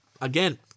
again